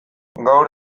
gaur